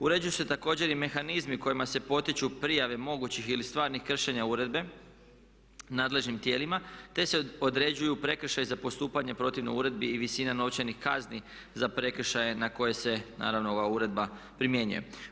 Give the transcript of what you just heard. Uređuju se također i mehanizmi kojima se potiču prijave mogućih ili stvarnih kršenja uredbe nadležnim tijelima te se određuju prekršaji za postupanje protivno uredbi i visina novčanih kazni za prekršaje na koje se naravno ova uredba primjenjuje.